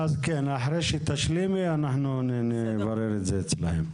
אחרי שתשלימי נברר את זה אצלם.